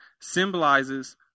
symbolizes